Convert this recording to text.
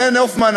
רונן הופמן,